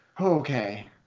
okay